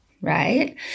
right